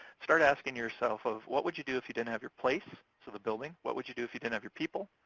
start asking yourself of what would you if you didn't have your place, so the building? what would you do if you didn't have your people?